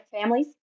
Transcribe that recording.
families